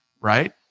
Right